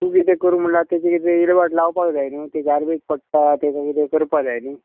तूं कितें करूं म्हणल्यार तेजें कितें इलेवाट लावपा जाय न्हू तें गार्बेज पडटा तेका कितें करपा जाय न्ही